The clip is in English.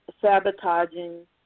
sabotaging